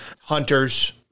hunters